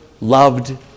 loved